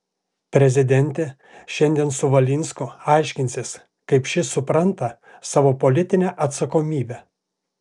prezidentė šiandien su valinsku aiškinsis kaip šis supranta savo politinę atsakomybę